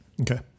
Okay